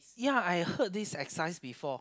ya I heard this exercise before